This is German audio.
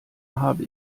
habe